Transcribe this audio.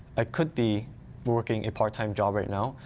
i could be working part-time job right now.